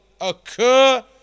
occur